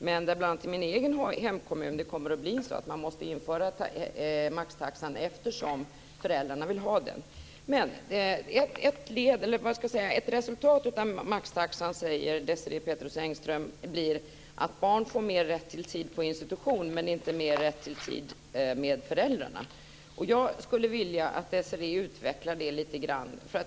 Men bl.a. i min egen hemkommun kommer det att bli så att man måste införa maxtaxan, eftersom föräldrarna vill ha den. Men ett resultat av maxtaxan säger Desirée Pethrus Engström blir att barn får rätt till mer tid på institution, men inte rätt till mer tid med föräldrarna. Jag skulle vilja att Desirée Pethrus Engström utvecklar det lite grann.